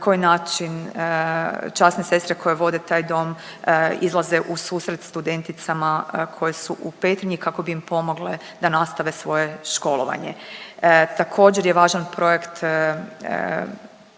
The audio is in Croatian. na koji način časne sestre koje vode taj dom izlaze u susret studenticama koje su u Petrinji kako bi pomogle da nastave svoje školovanje. Također je važan projekt,